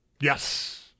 Yes